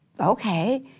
okay